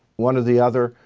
one or the other.